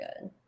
good